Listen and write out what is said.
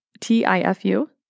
T-I-F-U